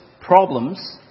problems